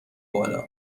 بالا